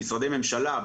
במשרדי ממשלה,